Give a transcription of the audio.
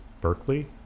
Berkeley